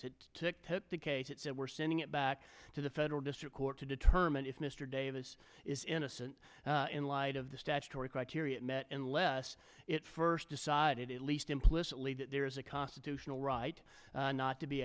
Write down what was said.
davis it ticked at the case it said we're sending it back to the federal district court to determine if mr davis is innocent in light of the statutory criteria met unless it first decided at least implicitly that there is a constitutional right not to be